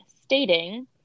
stating